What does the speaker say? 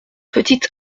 petite